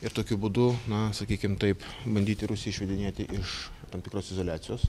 ir tokiu būdu na sakykim taip bandyti rusiją išvedinėti iš tam tikros izoliacijos